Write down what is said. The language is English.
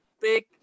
big